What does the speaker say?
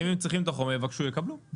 אם הם צריכים את החומר, יבקשו, יקבלו.